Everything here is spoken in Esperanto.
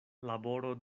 laboro